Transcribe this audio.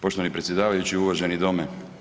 Poštovani predsjedavajući, uvaženi dome.